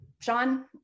Sean